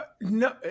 No